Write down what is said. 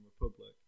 Republic